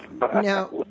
Now